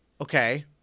Okay